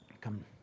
come